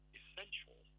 essential